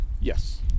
Yes